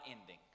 ending